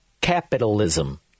capitalism